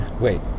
wait